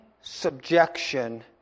subjection